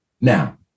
Now